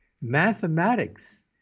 mathematics